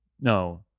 no